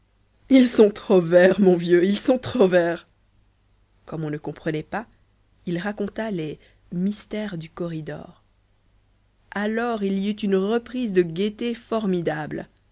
ils sont trop verts mon vieux ils sont trop verts comme on ne comprenait pas il raconta les mystères du corridor alors il y eut une reprise de gaieté formidable